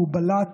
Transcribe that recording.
והוא בלט